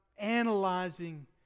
analyzing